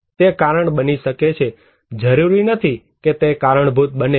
તે કારણ બની શકે છે જરૂરી નથી કે તે કારણભૂત બને